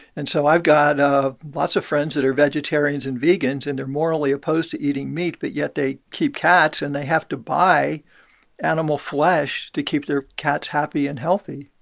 and so i've got ah lots of friends that are vegetarians and vegans, and they're morally opposed to eating meat, but yet they keep cats and they have to buy animal flesh to keep their cats happy and healthy.